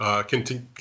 Continue